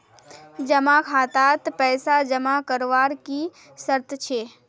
जमा खातात पैसा जमा करवार की शर्त छे?